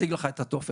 תציג לך את הטופס.